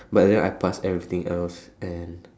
but then I pass everything else and